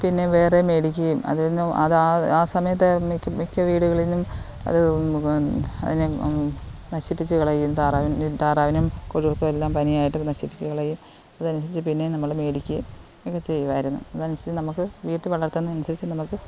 പിന്നെ വേറെ മേടിക്കുകയും അതിൽ നിന്ന് അത് ആ ആ സമയത്തെ മിക്ക മിക്ക വീടുകളിൽ നിന്നും അത് അതിനെ നശിപ്പിച്ച് കളയും താറാവിന് താറാവിനെയും കോഴികൾക്കും എല്ലാം പനിയായിട്ട് നശിപ്പിച്ച് കളയും അതനുസരിച്ച് പിന്നെയും നമ്മൾ മേടിക്കുകയും ഒക്കെ ചെയ്യുമായിരുന്നു അതനുസരിച്ച് നമുക്ക് വീട്ടിൽ വളർത്തുന്നതനുസരിച്ച് നമുക്ക്